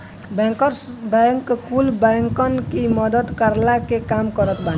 bankers bank कुल बैंकन की मदद करला के काम करत बाने